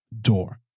door